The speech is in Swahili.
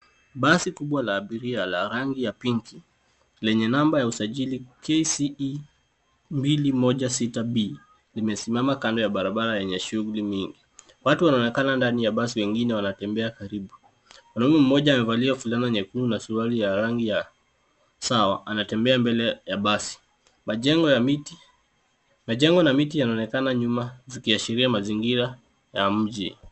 Basi kubwa la abiria la rangi ya pinki lenye namba ya usajili KCE 216B limesimama kando ya barabara yenye shughuli mingi. Watu wanaonekana ndani ya basi wengine wanatembea karibu. Mwanaume mmoja amevalia fulana nyekundu na suruali ya rangi ya sawa anatembea mbele ya basi. Majengo na miti yanaonekana nyuma zikiashiria mazingira ya mji.